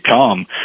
come